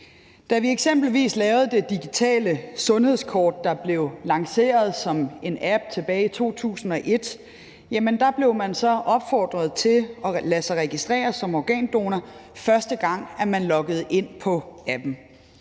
Da vi eksempelvis lavede det digitale sundhedskort, der blev lanceret som en app tilbage i 2021 , blev man opfordret til at lade sig registrere som organdonor, første gang man loggede ind på appen.